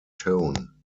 tone